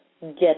get